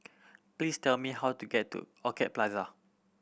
please tell me how to get to Orchid Plaza